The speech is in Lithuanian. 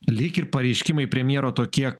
lyg ir pareiškimai premjero tokie